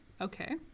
Okay